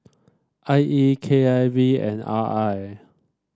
I E K I V and R I